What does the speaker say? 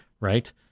Right